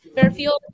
Fairfield